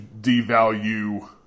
devalue